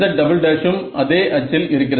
z" ம் அதே அச்சில் இருக்கிறது